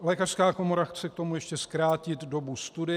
Lékařská komora chce k tomu ještě zkrátit dobu studia.